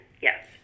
yes